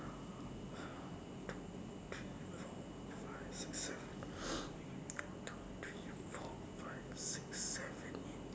two three four five six seven one two three four five six seven eight